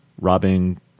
robbing